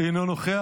אינו נוכח,